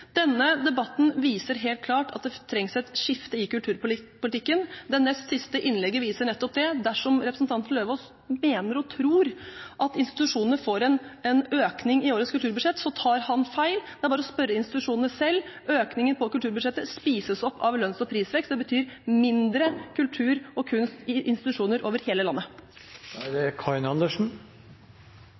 Denne debatten viser helt klart at det trengs et skifte i kulturpolitikken. Det nest siste innlegget viser nettopp det. Dersom representanten Løvaas mener og tror at institusjoner får en økning i årets kulturbudsjett, tar han feil. Det er bare å spørre institusjonene selv. Økningen på kulturbudsjettet spises opp av lønns- og prisvekst. Det betyr mindre kultur og kunst i institusjoner over hele landet. Det